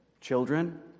Children